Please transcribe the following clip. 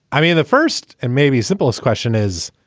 i mean, the first and maybe simplest question is,